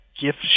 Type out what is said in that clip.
gift